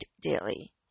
daily